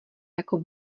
jako